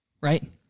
right